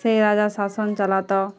সেই রাজা শাসন চালাতো